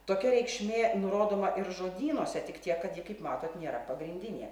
tokia reikšmė nurodoma ir žodynuose tik tiek kad ji kaip matot nėra pagrindinė